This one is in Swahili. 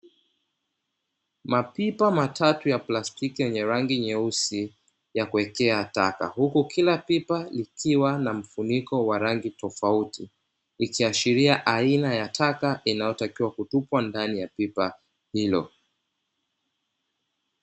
Mapipa matatu ya plastiki yenye rangi nyeusi, ya kuwekea taka, huku kila pipa likiwa na mfuniko wa rangi tofauti, ikiashiria aina ya taka inayotakiwa kutupwa ndani ya pipa hilo.